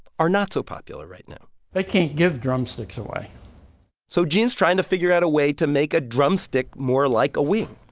are not so popular right now they can't give drumsticks away so gene's trying to figure out a way to make a drumstick more like a wing.